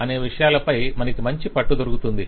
అనే విషయాలపై మనకు మంచి పట్టు దొరుకుతుంది